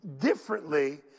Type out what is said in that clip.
differently